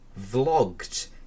vlogged